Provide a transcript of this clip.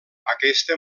aquesta